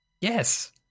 Yes